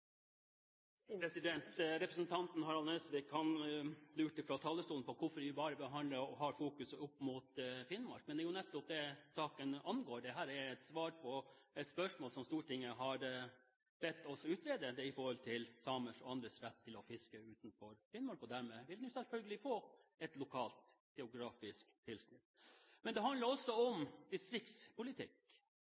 Representanten Harald T. Nesvik lurte fra talerstolen på hvorfor vi behandler en sak som bare har fokus på Finnmark. Men det er jo nettopp det saken angår! Dette er jo et svar på et spørsmål som Stortinget har bedt oss om å utrede, om samers og andres rett til å fiske utenfor Finnmark. Dermed vil dette selvfølgelig få et lokalt geografisk tilsnitt. Men det handler også om distriktspolitikk.